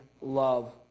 love